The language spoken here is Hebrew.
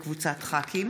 משה גפני,